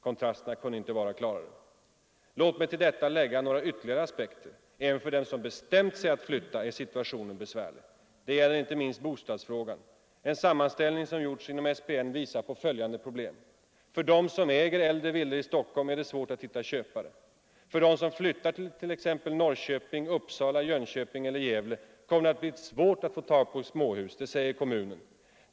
Kontrasterna kunde inte vara klarare! Låt mig till detta lägga några ytterligare aspekter. Även för dem som bestämt sig att flytta är situationen besvärlig. Det gäller inte minst bostadsfrågan. En sammanställning som gjorts inom personalnämnden visar på bl.a. följande problem: 1. För dem som äger äldre villor i Stockholm är det svårt att hitta köpare. 2. För dem som flyttar till t.ex. Norrköping, Uppsala, Jönköping eller Gävle kommer det att bli svårt att få tag på småhus — det säger kommunerna.